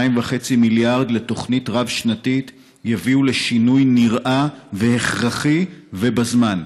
2.5 מיליארד לתוכנית רב-שנתית יביאו לשינוי נראה והכרחי ובזמן.